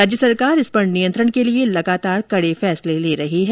राज्य सरकार इस पर नियंत्रण के लिए लगातार कड़े फैसले ले रही है